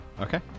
Okay